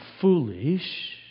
foolish